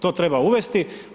To treba uvesti.